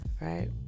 right